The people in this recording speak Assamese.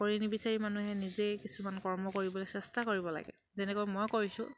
কৰি নিবিচাৰি মানুহে নিজেই কিছুমান কৰ্ম কৰিবলৈ চেষ্টা কৰিব লাগে যেনেকৈ মই কৰিছোঁ